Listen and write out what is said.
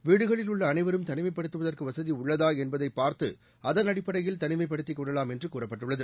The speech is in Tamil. வீடுகளில் உள்ள அளைவரும் தனிமைப்படுத்துவதற்கு வசதி உள்ளதா என்பதைப் பார்த்து அதன் அடிப்படையில் தனிமைப்படுத்திக் கொள்ளலாம் என்று கூறப்பட்டுள்ளது